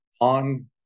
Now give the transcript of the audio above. on